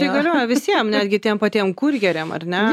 tai galioja visiem netgi tiems patiem kurjeriam ar ne